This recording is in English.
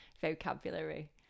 vocabulary